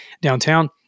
downtown